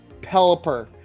Pelipper